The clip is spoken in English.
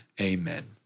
Amen